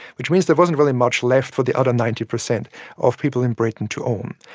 which means there wasn't really much left for the other ninety percent of people in britain to own.